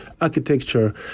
architecture